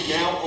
now